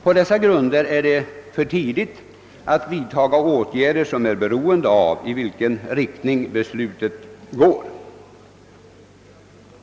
På dessa grunder är det för tidigt att vidtaga åtgärder som är beroende av i vilken riktning beslutet går.